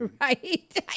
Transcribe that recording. right